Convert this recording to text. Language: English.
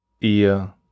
ihr